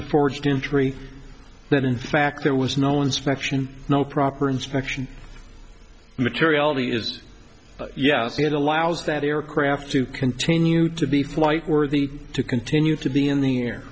the forged injury that in fact there was no inspection no proper inspection materiality is yes it allows that aircraft to continue to be flight worthy to continue to be in the air